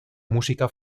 música